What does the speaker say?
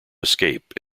escape